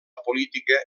política